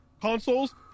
consoles